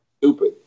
stupid